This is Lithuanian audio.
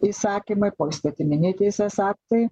įsakymai poįstatyminiai teisės aktai